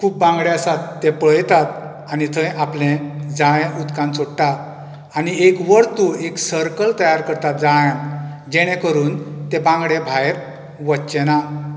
खूब बांगडे आसा ते पळयतात आनी थंय आपले जाळे उदकान सोडटा आनी एक वर्तूळ एक सर्कल तयार करतात जाळ्यान जेणे करून तें बांगडे भायर वच्चे ना